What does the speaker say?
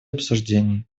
обсуждений